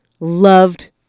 Loved